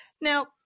Now